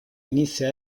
inizia